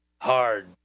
hard